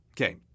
Okay